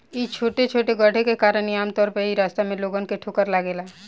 इ छोटे छोटे गड्ढे के कारण ही आमतौर पर इ रास्ता में लोगन के ठोकर लागेला